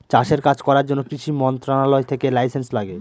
চাষের কাজ করার জন্য কৃষি মন্ত্রণালয় থেকে লাইসেন্স লাগে